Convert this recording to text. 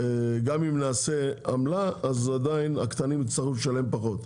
גם אם נעשה עמלה עדיין הקטנים יצטרכו לשלם פחות.